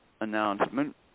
announcement